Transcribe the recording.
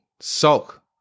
Sulk